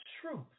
truth